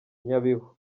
nyabihu